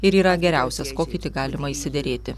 ir yra geriausias kokį tik galima išsiderėti